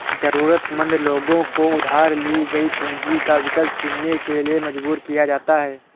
जरूरतमंद लोगों को उधार ली गई पूंजी का विकल्प चुनने के लिए मजबूर किया जाता है